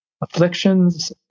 afflictions